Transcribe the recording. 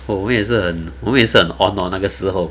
我们也是我们也是很 on hor 那个时候